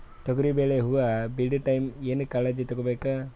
ತೊಗರಿಬೇಳೆ ಹೊವ ಬಿಡ ಟೈಮ್ ಏನ ಕಾಳಜಿ ತಗೋಬೇಕು?